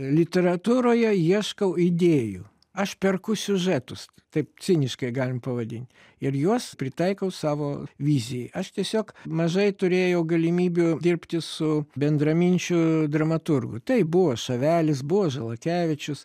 literatūroje ieškau idėjų aš perku siužetus taip ciniškai galim pavadinti ir juos pritaikau savo vizijai aš tiesiog mažai turėjau galimybių dirbti su bendraminčiu dramaturgu taip buvo šavelis buvo žalakevičius